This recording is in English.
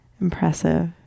impressive